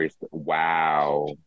Wow